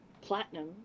platinum